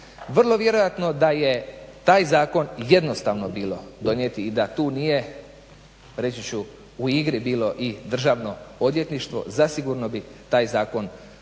Vrlo vjerojatno da je taj zakon jednostavno bilo donijeti i da tu nije reći ću u igri bilo i državno odvjetništvo zasigurno bi taj zakon ugledao